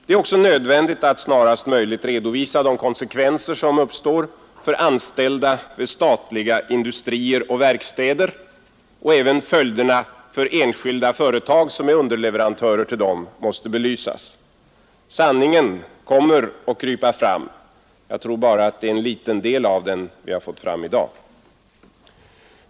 Det är också nödvändigt att redovisa de konsekvenser som uppstår för anställda vid statliga industrier och verkstäder, och även följderna för enskilda företag måste belysas. Sanningen kommer att krypa fram — jag tror att det bara är en liten del av den vi har fått fram i dag.